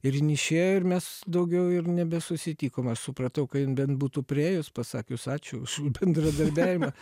ir jin išėjo ir mes daugiau ir nebesusitikom supratau kad jin bent būtų priėjus pasakius ačiū už bendradarbiavimą